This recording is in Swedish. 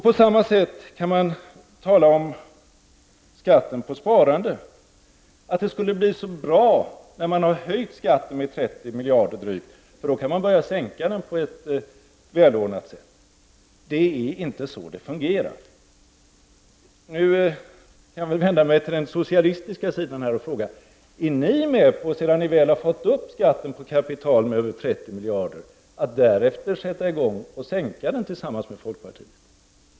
På samma sätt kan man tala om skatten på sparande — att det skulle bli så bra när man har höjt skatten med drygt 30 miljarder, för då kan man börja sänka den på ett välordnat sätt. Det är inte så det fungerar. Nu kan jag väl vända mig till den socialistiska sidan här och fråga: Är ni, sedan ni väl har fått upp skatten på kapital med över 30 miljarder, med på att därefter sätta i gång och sänka den tillsammans med folkpartiet?